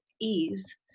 ease